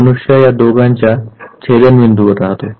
मनुष्य या दोघांच्या छेदनबिंदूवर राहतो